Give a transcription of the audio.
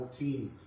14